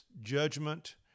judgment